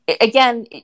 again